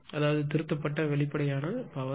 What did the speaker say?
அதாவது திருத்தப்பட்ட வெளிப்படையான பவர் 7397